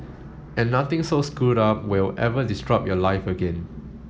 and nothing so screwed up will ever disrupt your life again